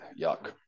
yuck